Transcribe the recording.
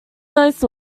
nice